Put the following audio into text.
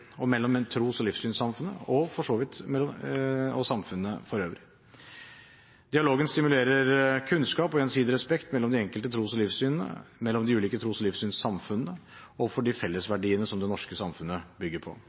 og mellom tros- og livssynssamfunn og samfunnet for øvrig. Dialogen stimulerer til kunnskap og gjensidig respekt mellom de enkelte tros- og livssynene, mellom de ulike tros- og livssynssamfunnene og for de fellesverdiene som det norske samfunnet bygger på.